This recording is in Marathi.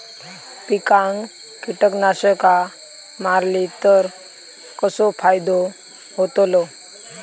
पिकांक कीटकनाशका मारली तर कसो फायदो होतलो?